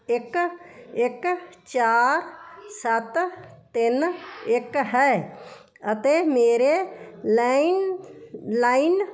ਇੱਕ ਇੱਕ ਚਾਰ ਸੱਤ ਤਿੰਨ ਇੱਕ ਹੈ ਅਤੇ ਮੇਰੇ ਲਾਇਨ ਲਾਈਨ